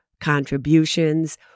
contributions